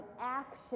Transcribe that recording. action